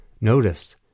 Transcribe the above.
noticed